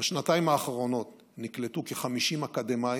בשנתיים האחרונות נקלטו כ-50 אקדמאים